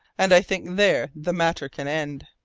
and i think there the matter can end.